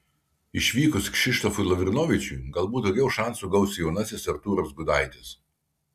išvykus kšištofui lavrinovičiui galbūt daugiau šansų gaus jaunasis artūras gudaitis